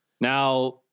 Now